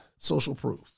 socialproof